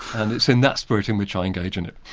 and it's in that spirit in which i engage in it.